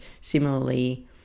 similarly